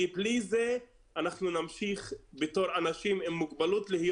כי בלי זה אנחנו נמשיך בתור אנשים עם מוגבלות להיות